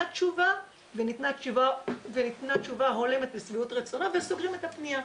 תשובה וניתנה תשובה הולמת לשביעות רצונם וסוגרים את הפנייה.